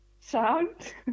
sound